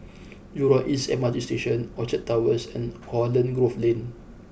Jurong East M R T Station Orchard Towers and Holland Grove Lane